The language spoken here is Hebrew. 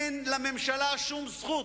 אין לממשלה שום זכות,